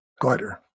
glider